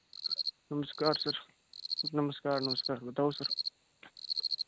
नमस्कार सर नमस्कार नमस्कार बताओ सर